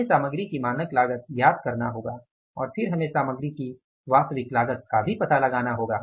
हमें सामग्री की मानक लागत ज्ञात करना होगा और फिर हमें सामग्री की वास्तविक लागत का भी पता लगाना होगा